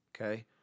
okay